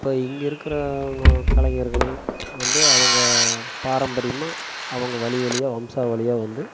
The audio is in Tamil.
இப்போ இங்கே இருக்கிற கலைஞர்கள் வந்து அவங்க பாரம்பரியமாக அவங்க வழி வழியாக வம்சா வழியாக வந்து